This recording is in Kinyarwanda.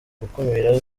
gukumira